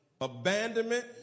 abandonment